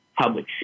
public